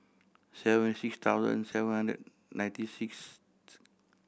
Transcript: seven six thousand seven hundred and ninety sixth